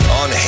on